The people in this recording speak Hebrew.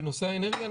בנושא האנרגיה,